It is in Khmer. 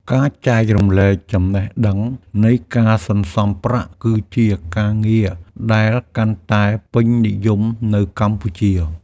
ការចែករំលែកចំណេះដឹងនៃការសន្សំប្រាក់គឺជាការងារដែលកាន់តែពេញនិយមនៅកម្ពុជា។